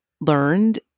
learned